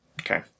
Okay